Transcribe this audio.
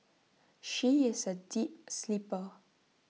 she is A deep sleeper